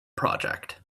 project